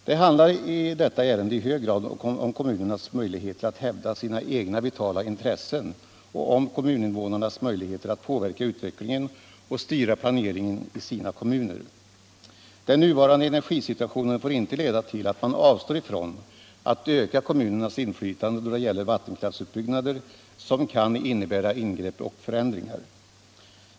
Det handlar i detta ärende i hög grad om kommunernas möjligheter att hävda sina egna vitala intressen och om kommuninvånarnas möjligheter att påverka utvecklingen och styra planeringen i sina kommuner. Den nuvarande energisituationen får inte leda till att man avstår ifrån att öka kommunernas inflytande då det gäller vattenkraftsutbyggnader som kan innebära ingrepp och förändringar.